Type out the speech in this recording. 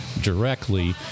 directly